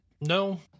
no